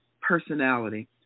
personality